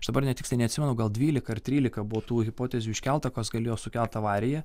aš dabar net tiksliai neatsimenu gal dvylika ar trylika buvo tų hipotezių iškelta kas galėjo sukelt avariją